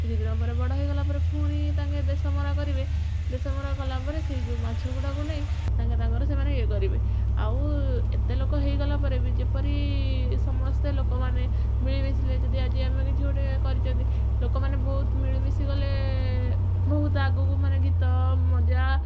କିଛି ଦିନ ପରେ ବଡ଼ ହେଇଗଲା ପରେ ପୁଣି ତାଙ୍କେ ଦେଶମରା କରିବେ ଦେଶମରା କଲା ପରେ ସେଇ ଯେଉଁ ମାଛଗୁଡ଼ାକୁ ନେଇ ତାଙ୍କେ ତାଙ୍କର ନେଇ ସେମାନେ ଇଏ କରିବେ ଆଉ ଏତେ ଲୋକ ହେଇଗଲା ପରେ ବି ଯେପରି ସମସ୍ତେ ଲୋକମାନେ ମିଳିମିଶିଲେ ଯଦି ଆଜି ଆମେ କିଛି ଗୋଟେ କରିଛନ୍ତି ଲୋକମାନେ ବହୁତ ମିଳିମିଶି ଗଲେ ବହୁତ ଆଗକୁ ମାନେ ଗୀତ ମଜା